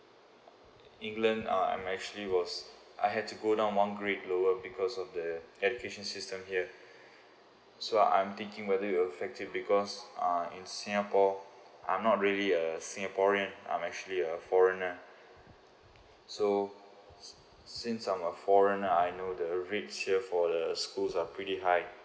england uh I'm actually was I had to go down one grade lower because of the education system here so I'm thinking whether it will affect it because uh singapore I'm not really a singaporean I'm actually a foreigner so since I'm a foreigner I know the RIT here for the school are pretty high